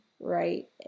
right